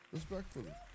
Respectfully